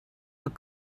look